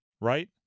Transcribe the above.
right